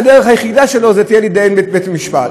הדרך היחידה שלו תהיה להתדיין בבית-משפט.